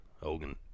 Hogan